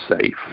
safe